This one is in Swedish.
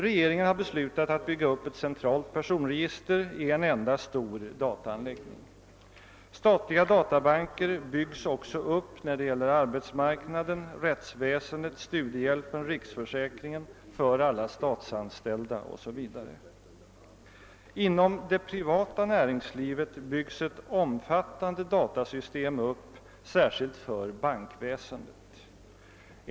Regeringen har beslutat att bygga upp ett centralt personregister i en enda stor dataanläggning. Statliga databanker byggs också upp för arbetsmarknaden, rättsväsendet, studiehjälpen, riksförsäkringen, för alla statsanställda osv. Inom det privata näringslivet byggs ett omfattande datasystem upp, särskilt för bankväsendet.